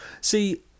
See